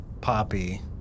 Poppy